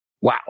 Wow